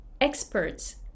experts